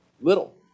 little